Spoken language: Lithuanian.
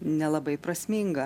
nelabai prasminga